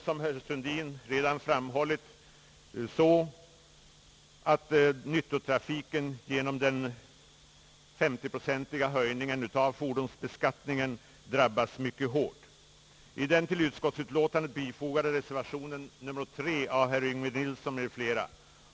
Som herr Sundin redan framhållit är det så, att nyttotrafiken drabbas mycket hårt av den 50-procentiga höjningen av fordonsbeskattningen. I den till utskottsbetänkandet fogade reservationen nr 3 av herr Yngve Nilsson m, fl.